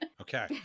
Okay